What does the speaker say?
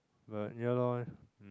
but yeah loh